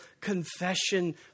confession